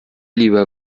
lieber